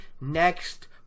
next